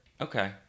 Okay